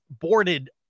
boarded